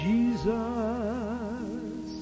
Jesus